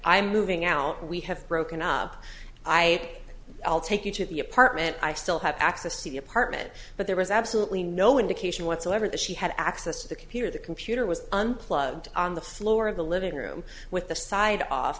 am moving out we have broken up i i'll take you to the apartment i still have access to the apartment but there was absolutely no indication whatsoever that she had access to the computer the computer was unplugged on the floor of the living room with the side off